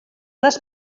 les